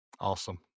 Awesome